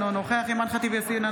אינו נוכח אימאן ח'טיב יאסין,